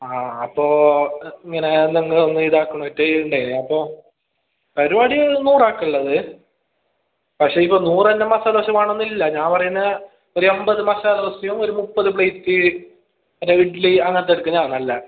ആ അപ്പോൾ ഇങ്ങനെ നിങ്ങൾ ഒന്ന് ഇതാക്കണായിട്ട്ണ്ടേയിന് അപ്പോൾ പരിപാടി നൂറാക്കുള്ളത് പക്ഷെ ഇപ്പോൾ നൂറെണ്ണം മസാല ദോശ വേണം എന്നില്ല ഞാൻ പറയുന്നത് ഒരമ്പത് മസാല ദോശയും ഒരു മുപ്പത് പ്ലേറ്റ് അതായത് ഇഡ്ലി അങ്ങിനത്തെ എടുക്കുന്നതാണ് നല്ലത്